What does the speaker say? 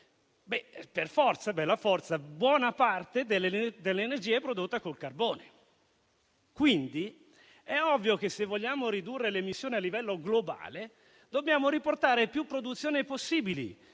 del PIL. Per forza: buona parte dell'energia è prodotta con il carbone, quindi è ovvio che, se vogliamo ridurre le emissioni a livello globale, dobbiamo riportare più produzioni possibili